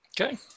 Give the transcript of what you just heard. Okay